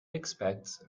expects